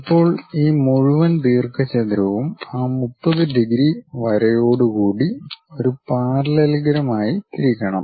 ഇപ്പോൾ ഈ മുഴുവൻ ദീർഘചതുരവും ആ 30 ഡിഗ്രി വരയോടുകൂടി ഒരു പാരലലഗ്രം ആയി തിരിക്കണം